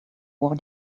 war